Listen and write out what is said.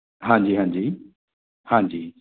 ਹਾਂਜੀ ਹਾਂਜੀ ਹਾਂਜੀ